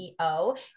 CEO